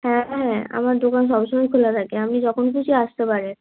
হ্যাঁ হ্যাঁ আমার দোকান সব সময়ই খোলা থাকে আপনি যখন খুশি আসতে পারেন